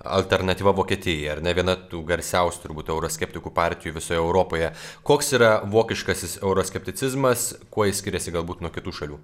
alternatyva vokietija ar ne viena tų garsiausių turbūt euroskeptikų partijų visoje europoje koks yra vokiškasis euroskepticizmas kuo jis skiriasi galbūt nuo kitų šalių